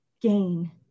gain